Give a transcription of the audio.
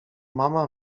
mama